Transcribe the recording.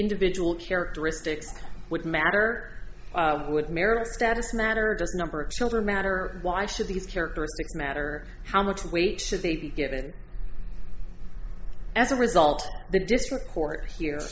individual characteristics would matter with marital status matter just number of children matter why should these characteristics matter how much weight should they be given as a result the district court here